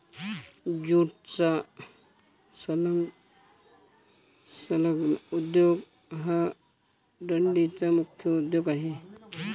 ज्यूटचा संलग्न उद्योग हा डंडीचा मुख्य उद्योग आहे